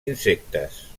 insectes